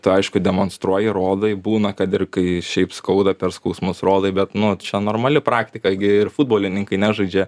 tu aišku demonstruoji rodai būna kad ir kai šiaip skauda per skausmus rodai bet nu čia normali praktika gi ir futbolininkai nežaidžia